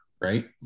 right